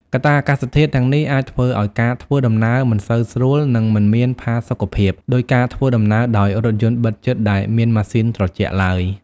កត្តាអាកាសធាតុទាំងនេះអាចធ្វើឱ្យការធ្វើដំណើរ មិនសូវស្រួល និងមិនមានផាសុខភាព ដូចការធ្វើដំណើរដោយរថយន្តបិទជិតដែលមានម៉ាស៊ីនត្រជាក់ឡើយ។